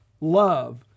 love